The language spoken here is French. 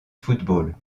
football